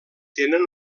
tenen